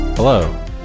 Hello